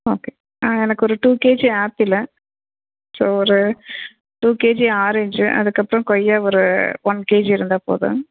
okay எனக்கொரு two KG apple so ஒரு two KG orange அதுக்கப்றோம் கொய்யா ஒரு ஒன் கேஜி இருந்தா போதுங்க